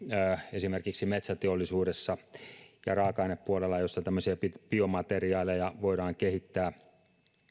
esimerkiksi metsäteollisuudessa ja raaka ainepuolella joissa tämmöisiä biomateriaaleja voidaan kehittää